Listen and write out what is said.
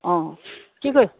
অঁ কি কৰি